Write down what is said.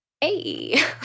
hey